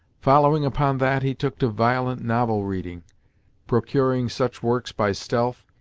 following upon that, he took to violent novel-reading procuring such works by stealth,